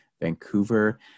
Vancouver